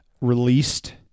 released